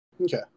Okay